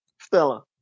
Stella